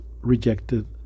rejected